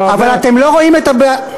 אבל אתם לא רואים את,